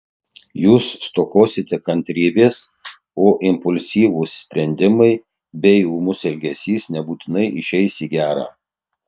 jūs stokosite kantrybės o impulsyvūs sprendimai bei ūmus elgesys nebūtinai išeis į gera